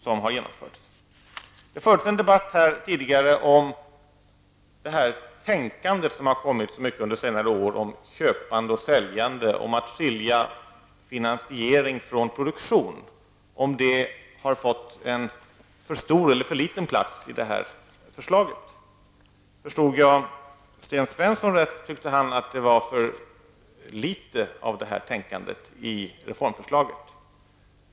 Det fördes här tidigare en debatt om det tänkande som kommit alltmer under senare år om att sälja och köpa och att skilja finansiering från produktion och om detta har fått en för stor eller för liten plats i detta förslag. Om jag förstod Sten Svensson rätt, ansåg han att det var för litet av detta tänkande i reformförslaget.